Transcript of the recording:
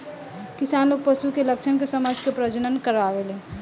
किसान लोग पशु के लक्षण के समझ के प्रजनन करावेलन